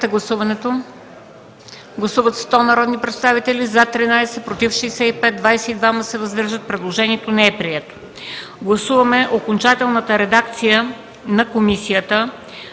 Гласуваме окончателната редакция на комисията